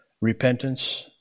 repentance